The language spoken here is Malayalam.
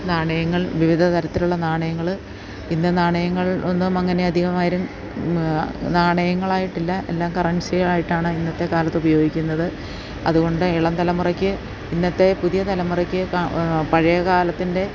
നാണയങ്ങൾ വിവിധ തരത്തിലുള്ള നാണയങ്ങള് ഇന്നു നാണയങ്ങൾ ഒന്നും അങ്ങനെ അധികമാരും നാണയങ്ങളായിട്ടില്ല എല്ലാം കറൻസി ആയിട്ടാണ് ഇന്നത്തെ കാലത്ത് ഉപയോഗിക്കുന്നത് അതുകൊണ്ട് ഇളംതലമുറയ്ക്ക് ഇന്നത്തെ പുതിയ തലമുറയ്ക്കു പഴയ കാലത്തിൻ്റെ